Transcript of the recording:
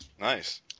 Nice